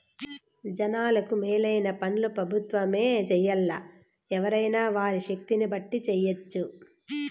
జనాలకు మేలైన పన్లు పెబుత్వమే జెయ్యాల్లా, ఎవ్వురైనా వారి శక్తిని బట్టి జెయ్యెచ్చు